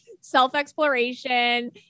self-exploration